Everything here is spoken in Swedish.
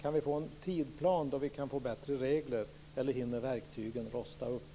Kan vi få en tidsplan över när vi kan få bättre regler, eller hinner verktygen rosta upp?